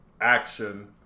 action